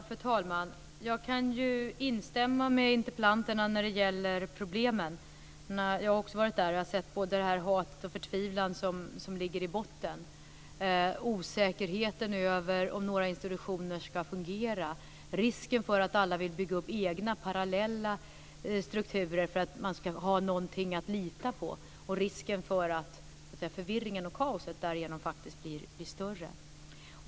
Fru talman! Jag kan instämma med interpellanterna om problemen. Jag har också varit där och sett både hatet och förtvivlan som ligger i botten, osäkerheten över om några institutioner kommer att fungera, risken för att alla vill bygga upp egna parallella strukturer för att man ska ha någonting att lita på och risken för att förvirringen och kaoset därigenom blir större.